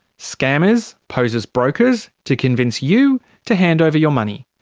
scammers pose as brokers to convince you to hand over your money.